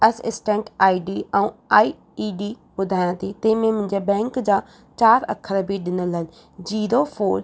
assistant I D ऐं I E D ॿुधायां थी तंहिंमें मुंहिंजा बैंक जा चारि अखर बि ॾिनल आहिनि जीरो फोर